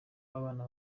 w’abana